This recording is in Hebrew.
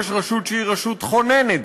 יש רשות שהיא רשות חוננת,